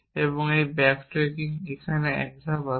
এবং এটি backtracking এখানে এটি 1 ধাপে আসে